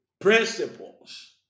principles